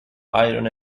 iron